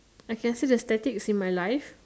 I can see the statics in my life